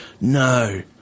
No